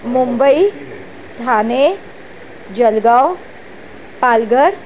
Mumbai Thane Jalgaon Palghar